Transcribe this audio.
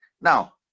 now